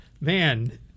Man